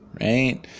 Right